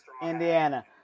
Indiana